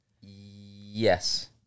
Yes